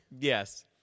Yes